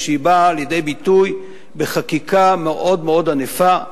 שהיא באה לידי ביטוי בחקיקה מאוד ענפה,